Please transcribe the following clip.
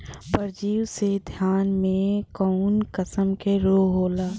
परजीवी से धान में कऊन कसम के रोग होला?